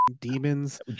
demons